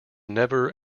never